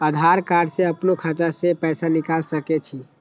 आधार कार्ड से अपनो खाता से पैसा निकाल सके छी?